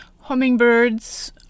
hummingbirds